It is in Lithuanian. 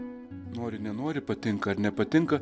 nori nenori patinka ar nepatinka